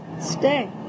stay